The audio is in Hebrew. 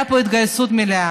הייתה פה התגייסות מלאה.